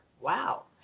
Wow